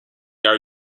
are